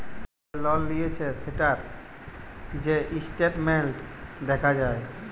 যে লল লিঁয়েছে সেটর যে ইসট্যাটমেল্ট দ্যাখা যায়